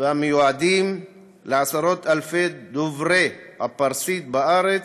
ומיועדים לעשרות אלפי דוברי הפרסית בארץ,